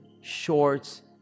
shorts